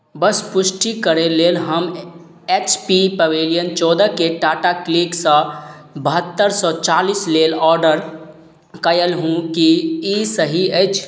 बस पुष्टि करय लेल हम एच पी पवेलियन चौदहकेँ टाटा क्लिकसँ बहत्तरि सए चालीस लेल ऑर्डर कयलहुँ की ई सही अछि